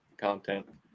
content